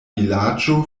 vilaĝo